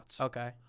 Okay